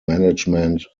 management